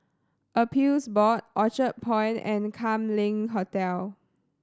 Appeals Board Orchard Point and Kam Leng Hotel